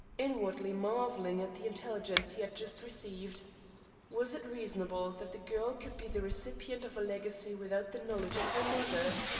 inwardly marvelling at the intelligence he had just received was it reasonable that the girl could be the recipient of a legacy without the knowledge of her mother?